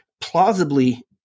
plausibly